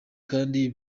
kandi